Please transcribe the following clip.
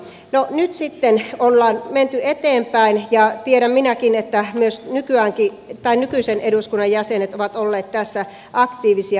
no nyt sitten ollaan menty eteenpäin ja tiedän minäkin että myös nykyisen eduskunnan jäsenet ovat olleet tässä aktiivisia